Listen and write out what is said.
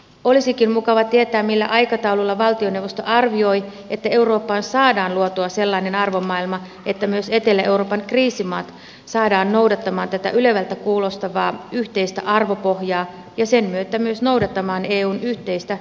olisikin mukava tietää millä aikataululla valtioneuvosto arvioi että eurooppaan saadaan luotua sellainen arvomaailma että myös etelä euroopan kriisimaat saadaan noudattamaan tätä ylevältä kuulostavaa yhteistä arvopohjaa ja sen myötä myös noudattamaan eun yhteistä sääntöperustaa